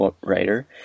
writer